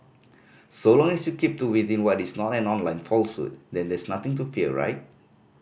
so long as you keep to within what is not an online falsehood then there's nothing to fear right